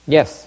Yes